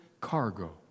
cargo